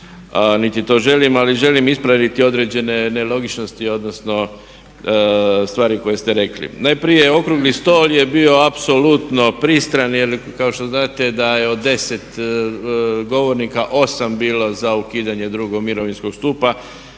niti to želim ali želim ispraviti određene nelogičnosti odnosno stvari koje ste rekli. Najprije okrugli stol je bio apsolutno pristran jer kao što znate da je od 10 govornika 8 bilo za ukidanje drugog mirovinskog stupa.